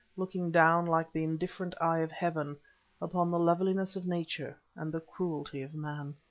looking down like the indifferent eye of heaven upon the loveliness of nature and the cruelty of man.